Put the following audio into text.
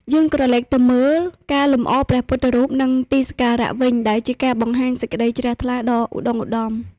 យើងក្រឡេកទៅមើល ការលម្អព្រះពុទ្ធរូប និងទីសក្ការៈវិញ ដែលជាការបង្ហាញសេចក្តីជ្រះថ្លាដ៏ឧត្តុង្គឧត្តម។